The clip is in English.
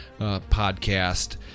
podcast